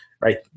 right